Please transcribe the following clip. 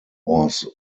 was